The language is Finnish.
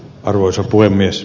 arvoisa puhemies